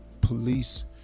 police